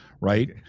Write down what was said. right